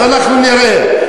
אז אנחנו נראה.